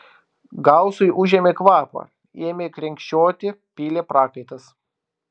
gausui užėmė kvapą ėmė krenkščioti pylė prakaitas